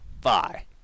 Bye